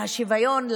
והשוויון,